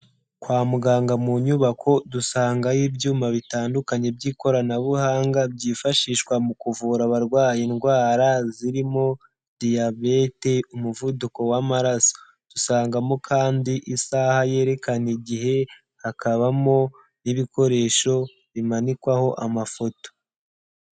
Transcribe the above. Kwa muganga mu nyubako dusangayo ibyuma bitandukanye by'ikoranabuhanga byifashishwa mu kuvura abarwayi indwara zirimo Diyabete, umuvuduko w'amaraso, dusangamo kandi isaha yerekana igihe hakabamo n'ibikoresho bimanikwaho amafoto.